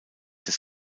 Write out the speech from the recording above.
des